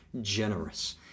generous